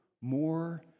more